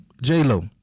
J-Lo